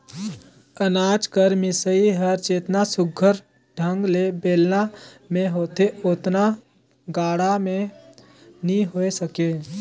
अनाज कर मिसई हर जेतना सुग्घर ढंग ले बेलना मे होथे ओतना गाड़ा मे नी होए सके